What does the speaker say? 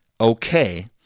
okay